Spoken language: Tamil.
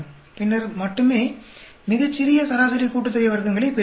பின்னர் மட்டுமே மிகச் சிறிய சராசரி கூட்டுத்தொகை வர்க்கங்களைப் பெறுகிறோம்